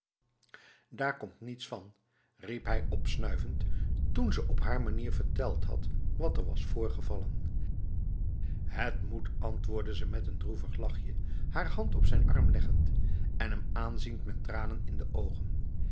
daar komt niets van riep hij opstuivend toen ze op haar manier verteld had wat er was voorgevallen het moet antwoordde ze met een droevig lachje haar hand op zijn arm leggend en hem aanziend met tranen in de ogen